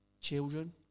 children